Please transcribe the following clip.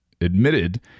admitted